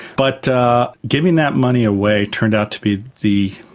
but giving that money away turned out to be the